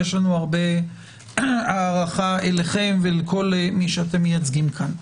יש לנו הערכה רבה אליכם ולכל מי שאתם מייצגים כאן.